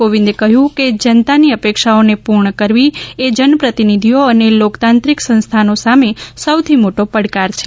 કોવિંદે કહ્યું કે જનતાની અપેક્ષાઓને પૂર્ણ કરવી એ જનપ્રતિનિધિઓ અને લોકતાંત્રિક સંસ્થાનો સામે સૌથી મોટો પડકાર છે